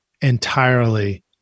entirely